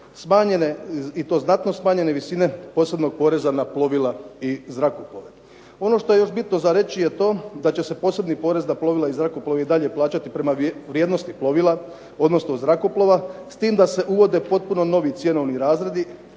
i to znatno smanjene visine posebnog poreza na plovila i zrakoplove. Ono što je još bitno za reći je to da će se posebni porez na plovila i zrakoplove i dalje plaćati prema vrijednosti plovila, odnosno zrakoplova s tim da se uvode potpuno novi cjenovni razredi